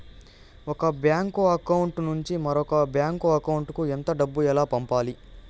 ఒక bank account నుంచి మరొక బ్యాంకు అకౌంట్ కు ఎంత డబ్బు ఎలా పంపాలి